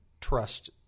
trust